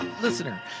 listener